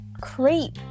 Creep